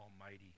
Almighty